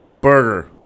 Burger